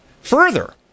Further